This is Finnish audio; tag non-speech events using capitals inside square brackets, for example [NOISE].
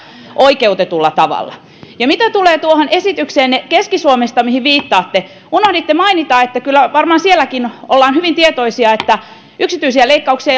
oikeutetulla tavalla mitä tulee tuohon esitykseenne keski suomesta mihin viittaatte unohditte mainita että kyllä varmaan sielläkin ollaan hyvin tietoisia että yksityisiä leikkauksia [UNINTELLIGIBLE]